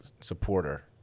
supporter